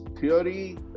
theory